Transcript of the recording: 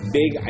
big